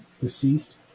deceased